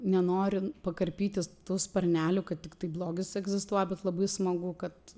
nenorint pakarpyti tų sparnelių kad tiktai blogis egzistuoja bet labai smagu kad